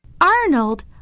Arnold